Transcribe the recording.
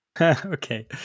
Okay